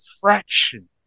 fraction